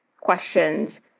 questions